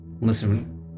Listen